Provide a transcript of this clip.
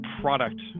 product